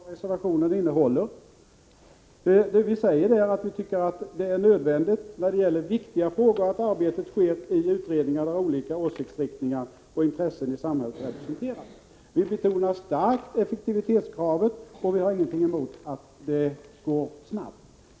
Fru talman! Jag känner inte igen Birger Hagårds beskrivning av vad reservationen innehåller. Vi säger där att det när det gäller viktiga frågor är nödvändigt att arbetet sker i utredningar, där olika åsiktsriktningar och intressen i samhället är representerade. Vi betonar starkt effektivitetskravet och har ingenting emot att det går snabbt.